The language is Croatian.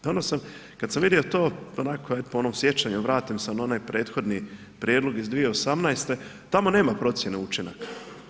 Danas sam, kad sam vidio to onako aj po onom sjećanju vratim se na onaj prethodni prijedlog iz 2018., tamo nema procjene učinaka.